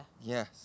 Yes